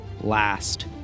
last